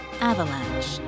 Avalanche